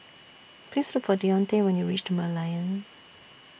Please Look For Dionte when YOU REACH The Merlion